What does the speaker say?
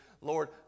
Lord